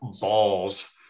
balls